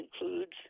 includes